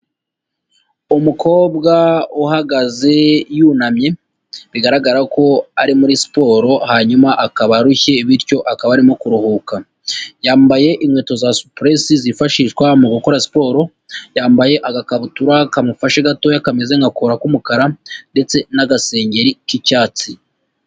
Umukobwa uhagaze yunamye, bigaragara ko ari muri siporo hanyuma akaba arushye bityo akaba arimo kuruhuka, yambaye inkweto za supurese zifashishwa mu gukora siporo, yambaye agakabutura kamufashe gato kameze nka kora k'umukara ndetse n'agasengeri k'icyatsi.